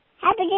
Happy